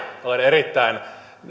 olen erittäin